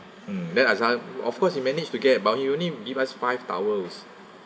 mm then azarhar of course he managed to get but he only gives us five towels